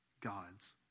God's